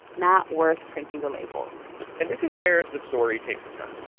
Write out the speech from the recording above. not worth printing the labels and this is where the story takes a turn.